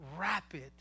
rapid